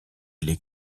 les